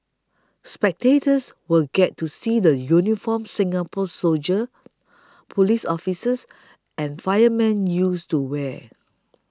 spectators will get to see the uniforms Singapore's soldiers police officers and firemen used to wear